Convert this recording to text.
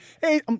hey